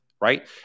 Right